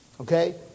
Okay